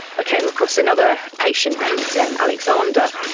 ah came across another patient named so um alexander,